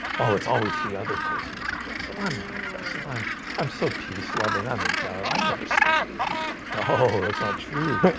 oh, it's always the other person who's aggressive. i'm not aggressive. i'm i'm so peace-loving. i'm a dove i never start anything the ho ho it's not true.